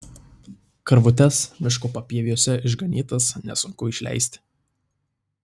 karvutes miško papieviuose išganytas nesunku išleisti